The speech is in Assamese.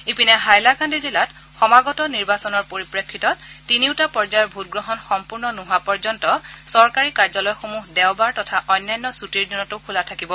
ইপিনে হাইলাকাণ্ডি জিলাত সমাগত নিৰ্বাচনৰ পৰিপ্ৰেক্ষিতত তিনিওটা পৰ্যায়ৰ ভোটগ্ৰহণ সম্পূৰ্ণ নোহোৱা পৰ্যন্ত চৰকাৰী কাৰ্যালয়সমূহ দেওবাৰ তথা অন্যান্য ছুটিৰ দিনটো খোলা থাকিব